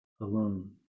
alone